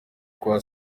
kwa